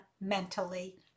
mentally